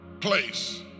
place